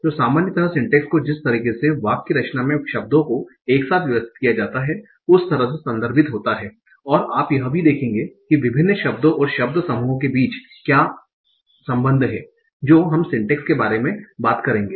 तो सामान्यतः सिंटैक्स को जिस तरह से वाक्य रचना में शब्दों को एक साथ व्यवस्थित किया जाता है उस तरह से संदर्भित होता है और आप यह भी देखेंगे कि विभिन्न शब्दों और शब्द समूहों के बीच क्या संबंध है जो हम सिंटैक्स के बारे में बात करेंगे